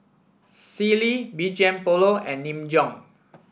Sealy B G M Polo and Nin Jiom